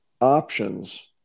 options